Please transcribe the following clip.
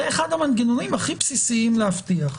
זה אחד המנגנונים הכי בסיסיים להבטיח.